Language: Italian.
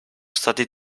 stati